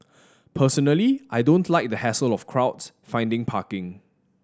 personally I don't like the hassle of crowds finding parking